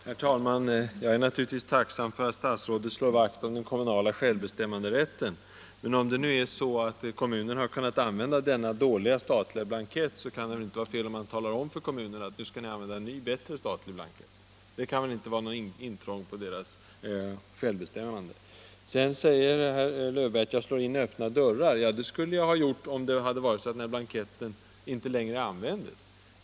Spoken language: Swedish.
Herr talman! Jag är naturligtvis tacksam för att statsrådet slår vakt om den kommunala självbestämmanderätten. Men om kommunerna har kunnat använda denna dåliga statliga blankett kan det väl inte vara fel att tala om för dem att nu skall de använda en ny, bättre statlig blankett. Det kan ju inte vara något intrång i deras självbestämmande. Herr Löfberg menar att jag slår in öppna dörrar. Ja, det skulle jag ha gjort om den här blanketten inte längre användes.